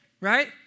Right